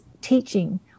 teaching